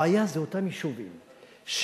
הבעיה היא אותם יישובים שרובם,